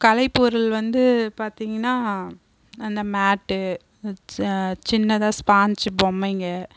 கலைப்பொருள் வந்து பார்த்தீங்கன்னா அந்த மேட்டு சின்னதாக ஸ்பாஞ்சு பொம்மைங்கள்